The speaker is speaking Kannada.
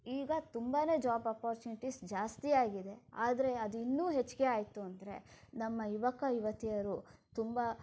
ಈಗ ತುಂಬಾನೇ ಜಾಬ್ ಅಪಾರ್ಚುನಿಟೀಸ್ ಜಾಸ್ತಿ ಆಗಿದೆ ಆದರೆ ಅದಿನ್ನೂ ಹೆಚ್ಚಿಗೆ ಆಯಿತು ಅಂದರೆ ನಮ್ಮ ಯುವಕ ಯುವತಿಯರು ತುಂಬ